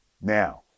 now